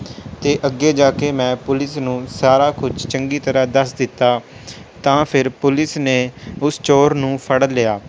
ਅਤੇ ਅੱਗੇ ਜਾ ਕੇ ਮੈਂ ਪੁਲਿਸ ਨੂੰ ਸਾਰਾ ਕੁਝ ਚੰਗੀ ਤਰ੍ਹਾਂ ਦੱਸ ਦਿੱਤਾ ਤਾਂ ਫਿਰ ਪੁਲਿਸ ਨੇ ਉਸ ਚੋਰ ਨੂੰ ਫੜ ਲਿਆ